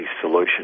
solution